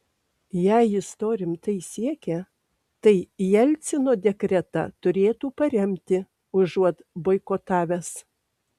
jei jis to rimtai siekia tai jelcino dekretą turėtų paremti užuot boikotavęs